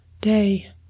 day